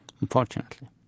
unfortunately